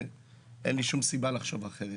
ואין לי שום סיבה לחשוב אחרת.